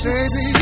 Baby